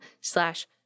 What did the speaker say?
slash